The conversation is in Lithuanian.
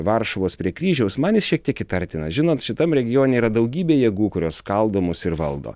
varšuvos prie kryžiaus man jis šiek tiek įtartinas žinot šitam regione yra daugybė jėgų kurios skaldomos ir valdo